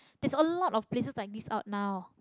there's a lot of places like this out now